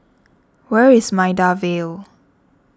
where is Maida Vale